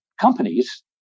companies